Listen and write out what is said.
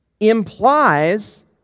implies